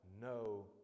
no